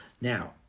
Now